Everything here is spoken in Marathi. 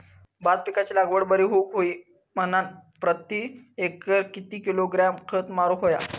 भात पिकाची लागवड बरी होऊक होई म्हणान प्रति एकर किती किलोग्रॅम खत मारुक होया?